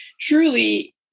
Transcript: truly